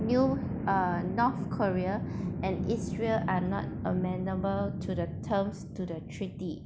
new uh north korea and israel are not amenable to the terms to the treaty